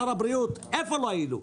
שר הבריאות איפה לא היינו.